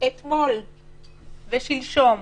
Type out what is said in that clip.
אתמול ושלשום